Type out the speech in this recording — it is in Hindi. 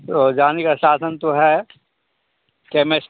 तो जाने का साधन तो है कैमेस